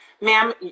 Ma'am